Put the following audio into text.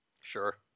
Sure